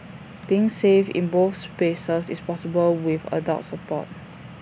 being safe in both spaces is possible with adult support